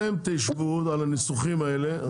אתם תשבו על הניסוחים האלה,